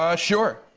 ah sure.